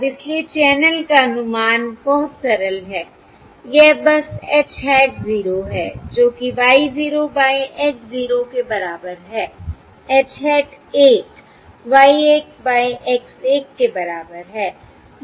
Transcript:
अब इसलिए चैनल का अनुमान बहुत सरल है यह बस H hat 0 है जो कि Y 0 बाय X 0 के बराबर हैH hat 1 Y 1 बाय X 1 के बराबर है